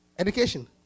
education